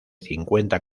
cincuenta